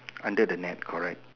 under the net correct